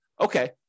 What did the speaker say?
okay